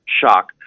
shock